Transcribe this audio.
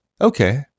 okay